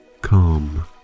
calm